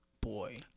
Boy